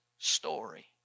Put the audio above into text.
Story